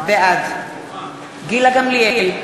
בעד גילה גמליאל,